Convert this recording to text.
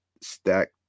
stack